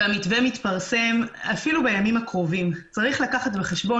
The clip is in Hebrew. והמתווה מתפרסם אפילו בימים הקרובים צריך לקחת בחשבון